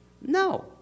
No